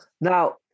Now